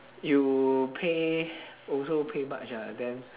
you pay also pay much ah then